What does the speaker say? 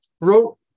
wrote